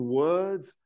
words